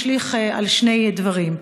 משליך על שני דברים: